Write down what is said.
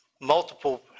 multiple